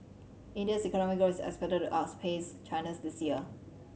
India's economic growth is expected to outpace China's this year